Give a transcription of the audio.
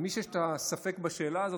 למי שיש את הספק בשאלה הזאת,